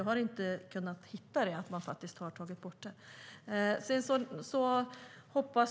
Jag har inte kunnat hitta uppgifter om att man faktiskt har tagit bort varor.